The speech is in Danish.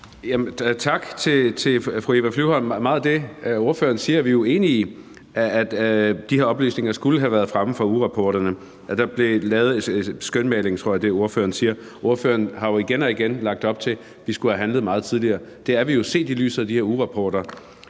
Tak til fru Eva Flyvholm. Meget af det, ordføreren siger, er vi jo enige i, altså at de her oplysninger fra ugerapporterne skulle have været fremme. Der blev lavet et skønmaleri, tror jeg er det, ordføreren siger. Ordføreren har jo igen og igen lagt op til, at vi skulle have handlet meget tidligere. Det er vi jo set i lyset af de her ugerapporter